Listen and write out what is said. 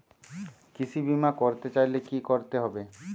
কৃষি বিমা করতে চাইলে কি করতে হবে?